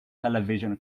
television